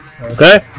okay